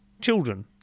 children